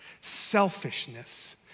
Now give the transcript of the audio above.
selfishness